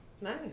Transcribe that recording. Nice